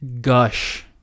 gush